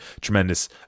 tremendous